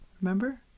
Remember